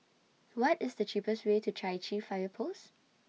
What IS The cheapest Way to Chai Chee Fire Post